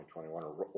2021